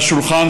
מהשולחן.